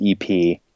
EP